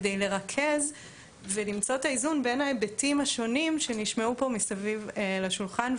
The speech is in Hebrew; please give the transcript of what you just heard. כדי לרכז ולמצוא את האיזון בין ההיבטים השונים שנשמעו פה מסביב לשולחן.